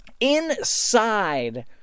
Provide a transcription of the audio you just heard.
inside